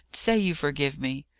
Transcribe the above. say you forgive me!